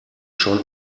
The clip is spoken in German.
schon